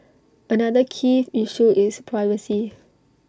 another key issue is privacy